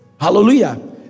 Hallelujah